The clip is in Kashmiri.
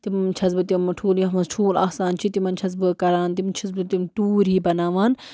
تِمَن چھَس بہٕ تِم ٹھوٗل یَتھ منٛز ٹھوٗل آسان چھِ تِمَن چھَس بہٕ کران تِم چھَس بہٕ تِم ٹوٗرۍ ہی بناوان